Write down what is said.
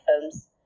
films